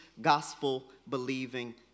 gospel-believing